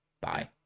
bye